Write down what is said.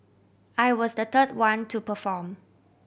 I was the third one to perform